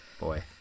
Boy